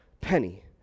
penny